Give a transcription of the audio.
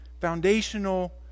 foundational